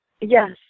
Yes